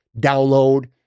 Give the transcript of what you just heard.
download